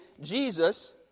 Jesus